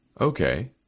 Okay